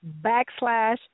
backslash